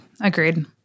Agreed